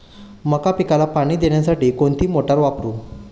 मका पिकाला पाणी देण्यासाठी कोणती मोटार वापरू?